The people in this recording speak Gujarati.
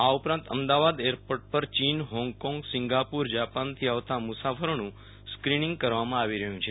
આ ઉપરાંત અમદાવાદ એરપોર્ટ પર ચીન હોંગકોંગ સિંગાપુર જાપાનથી આવતા મુસાફરોનું સ્કિનીંગ કરવામાં આવી રહ્યુ છે